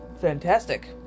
fantastic